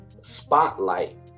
spotlight